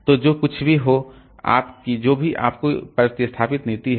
तो जो कुछ भी हो आपकी जो भी आपकी प्रतिस्थापन नीति है